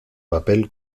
papel